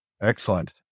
Excellent